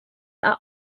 are